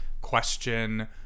question